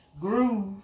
groove